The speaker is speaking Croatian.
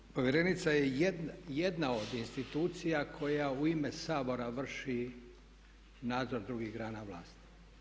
Naime, povjerenica je jedna od institucija koja u ime Sabora vrši nadzor drugih grana vlasti.